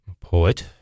poet